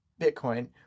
Bitcoin